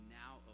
now